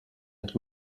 and